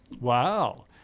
Wow